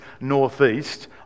northeast